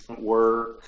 work